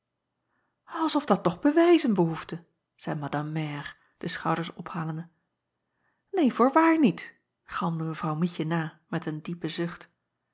of dat nog bewijzen behoefde zeî madame mère de schouders ophalende een voorwaar niet galmde w ietje na met een diepe zucht